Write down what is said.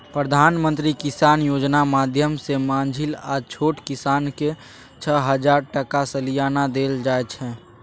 प्रधानमंत्री किसान योजना माध्यमसँ माँझिल आ छोट किसानकेँ छअ हजार टका सलियाना देल जाइ छै